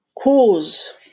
Cause